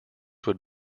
would